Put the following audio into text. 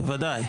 ודאי.